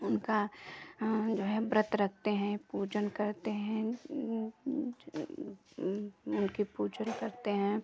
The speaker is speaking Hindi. उनका जो है व्रत रखते हैं पूजन करते हैं उनकी पूजन करते हैं